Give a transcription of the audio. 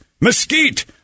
mesquite